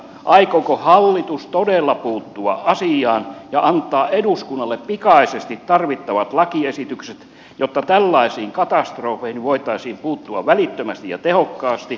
aikooko hallitus todella puuttua asiaan ja antaa eduskunnalle pikaisesti tarvittavat lakiesitykset jotta tällaisiin katastrofeihin voitaisiin puuttua välittömästi ja tehokkaasti